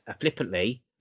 flippantly